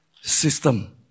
system